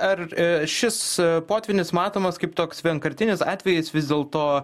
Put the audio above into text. ar šis potvynis matomas kaip toks vienkartinis atvejis vis dėlto